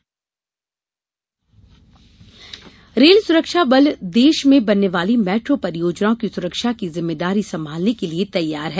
RPF rail सुरक्षा बल देश में बनने वाली मेट्रो परियोजनाओं की सुरक्षा की जिम्मेदारी संभालने के लिए तैयार है